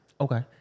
Okay